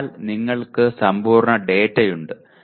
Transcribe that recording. അതിനാൽ നിങ്ങൾക്ക് സമ്പൂർണ്ണ ഡാറ്റയുണ്ട്